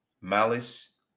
malice